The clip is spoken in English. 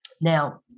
Now